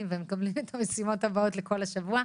ומקבלים את המשימות הבאות לכל השבוע.